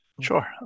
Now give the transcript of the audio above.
Sure